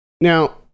Now